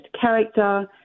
character